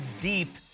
deep